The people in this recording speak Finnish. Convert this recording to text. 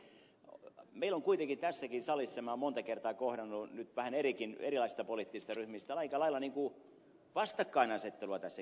meillä on kuitenkin tässäkin salissa olen monta kertaa kohdannut nyt vähän erilaisista poliittisista ryhmistä aika lailla vastakkainasettelua tässä kysymyksessä